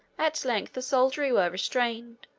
at length the soldiery were restrained.